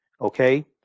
Okay